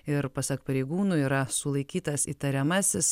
ir pasak pareigūnų yra sulaikytas įtariamasis